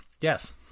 Yes